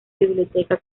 biblioteca